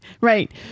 right